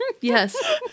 yes